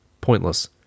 pointless